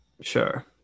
sure